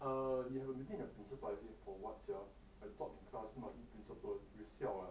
err you have a meeting with the principal I say for what sia I top in class need to meet principal you siao ah